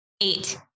eight